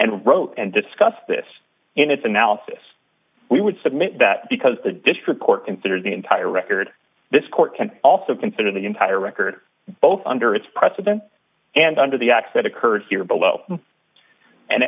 and wrote and discussed this in its analysis we would submit that because the district court considers the entire record this court can also consider the entire record both under its precedent and under the acts that occurred here below and